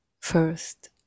first